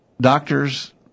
Doctors